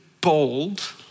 bold